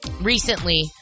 Recently